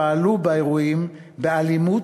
פעלו באירועים באלימות,